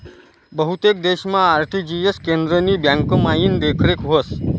बहुतेक देशमा आर.टी.जी.एस केंद्रनी ब्यांकमाईन देखरेख व्हस